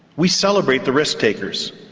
we celebrate the risktakers,